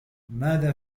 ماذا